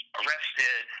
arrested